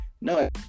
no